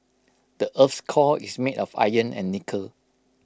the Earth's core is made of iron and nickel